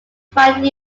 find